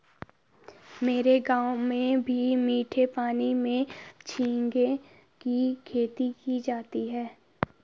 मेरे गांव में भी मीठे पानी में झींगे की खेती की जाती है